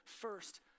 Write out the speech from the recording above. first